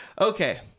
Okay